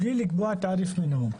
בלי לקבוע תעריף מינימום.